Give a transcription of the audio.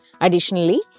Additionally